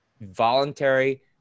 voluntary